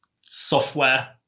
software